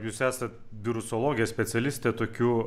jūs esat virusologijos specialistė tokių